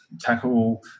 tackle